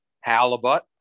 Halibut